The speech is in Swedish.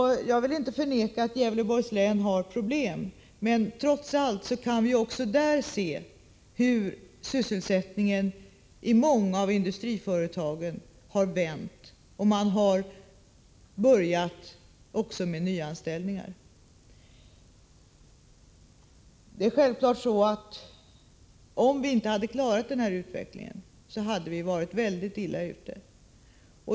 Jag vill inte förneka att Gävleborgs län har problem, men trots allt kan vi också där se hur sysselsättningskurvan i många av industriföretagen har vänt och att man har börjat göra nyanställningar. Det är självklart att om vi inte hade klarat denna utveckling hade vi varit väldigt illa ute.